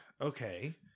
Okay